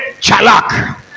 chalak